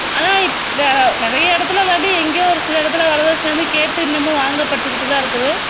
ஆனால் இப்போ நிறைய இடத்துல இல்லாட்டி எங்கேயோ ஒரு சில இடத்துல வரதட்சணை வந்து கேட்டு இன்னமும் வாங்க பட்டுக்கிட்டுதான் இருக்குது